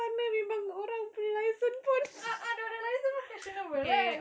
sana punya orang punya license pun a'ah dorangnya license pun questionable kan